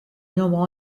nombres